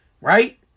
right